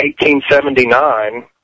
1879